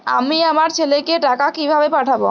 আমি আমার ছেলেকে টাকা কিভাবে পাঠাব?